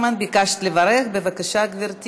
אני קובעת כי הצעת חוק מגבלות על חזרתו של